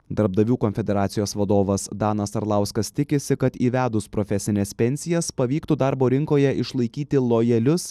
darbdavių konfederacijos vadovas danas arlauskas tikisi kad įvedus profesines pensijas pavyktų darbo rinkoje išlaikyti lojalius